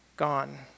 Gone